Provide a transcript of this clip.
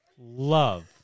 love